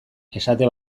esate